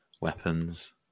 weapons